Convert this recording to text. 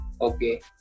Okay